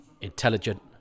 intelligent